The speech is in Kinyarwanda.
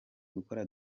gukora